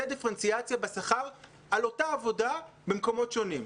דיפרנציאציה בשכר על אותה עבודה במקומות שונים.